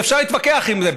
ואפשר להתווכח על זה.